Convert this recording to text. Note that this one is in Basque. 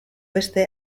beste